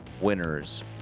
Winners